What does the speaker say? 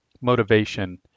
Motivation